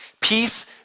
Peace